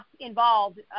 involved